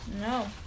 No